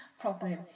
problem